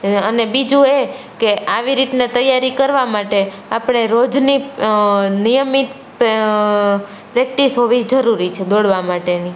અને બીજું એ કે આવી રીતના તૈયારી કરવા માટે આપણે રોજની નિયમિત પ્રે પ્રૅક્ટિસ હોવી જરૂરી છે દોડવા માટેની